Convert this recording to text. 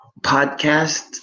podcast